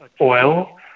oil